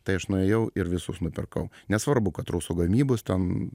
tai aš nuėjau ir visus nupirkau nesvarbu kad rusų gamybos ten